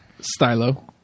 Stylo